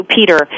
Peter